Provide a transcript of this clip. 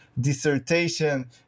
dissertation